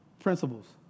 principles